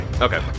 Okay